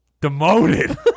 demoted